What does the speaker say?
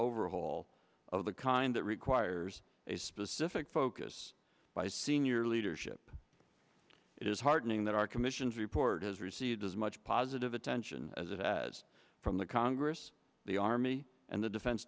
overhaul of the kind that requires a specific focus by senior leadership it is heartening that our commission's report has received as much positive attention as as from the congress the army and the defense